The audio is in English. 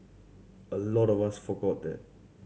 a lot of us forgot that